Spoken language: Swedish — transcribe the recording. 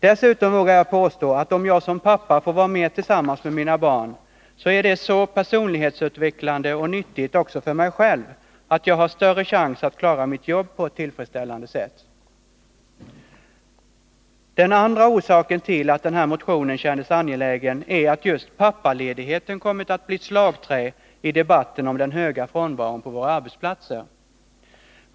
Dessutom vågar jag påstå att om jag som pappa får vara mera tillsammans med mina barn, är det så personlighetsutvecklande och nyttigt också för mig själv att jag har större chans att klara mitt jobb på ett tillfredsställande sätt. Den andra orsaken till att den motionen kändes angelägen är att just pappaledigheten kommit att bli ett slagträ i debatten om den höga frånvaron på våra arbetsplatser.